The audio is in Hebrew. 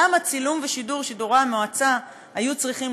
למה צילום ושידור דיוני המועצה היו צריכים